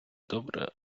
добре